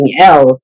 else